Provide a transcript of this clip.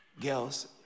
girls